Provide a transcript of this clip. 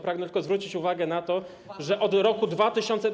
Pragnę tylko zwrócić uwagę na to, że od roku 2000.